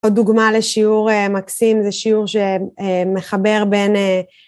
עוד דוגמה לשיעור מקסים זה שיעור שמחבר בין